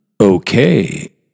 Okay